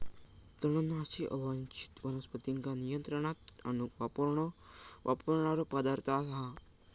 तणनाशक अवांच्छित वनस्पतींका नियंत्रणात आणूक वापरणारो पदार्थ हा